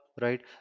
right